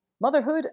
motherhood